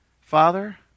Father